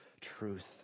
truth